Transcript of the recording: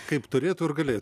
kaip turėtų ir galė